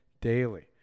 daily